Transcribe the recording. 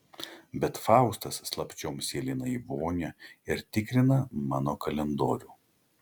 bet faustas slapčiom sėlina į vonią ir tikrina mano kalendorių